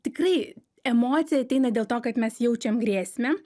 tikrai emocija ateina dėl to kad mes jaučiam grėsmę